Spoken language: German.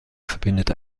verbindet